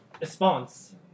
Response